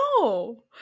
No